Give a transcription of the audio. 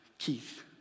keith